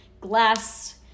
glass